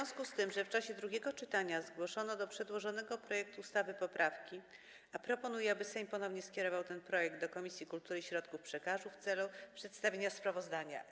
W związku z tym, że w czasie drugiego czytania zgłoszono do przedłożonego projektu ustawy poprawki, proponuję, aby Sejm ponownie skierował ten projekt do Komisji Kultury i Środków Przekazu w celu przedstawienia sprawozdania.